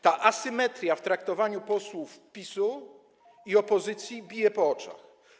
Ta asymetria w traktowaniu posłów PiS-u i opozycji bije po oczach.